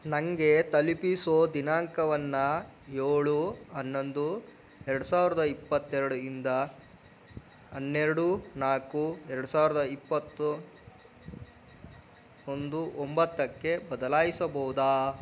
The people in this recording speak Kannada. ನನಗೆ ತಲುಪಿಸೋ ದಿನಾಂಕವನ್ನು ಏಳು ಹನ್ನೊಂದು ಎರ್ಡು ಸಾವಿರ್ದ ಇಪ್ಪತ್ತೆರಡು ಇಂದ ಹನ್ನೆರಡು ನಾಲ್ಕು ಎರ್ಡು ಸಾವಿರ್ದ ಇಪ್ಪತ್ತು ಒಂದು ಒಂಬತ್ತಕ್ಕೆ ಬದಲಾಯಿಸಬಹುದಾ